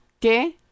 que